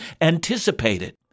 anticipated